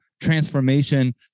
transformation